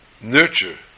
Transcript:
nurture